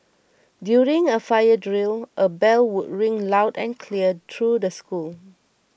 during a fire drill a bell would ring loud and clear through the school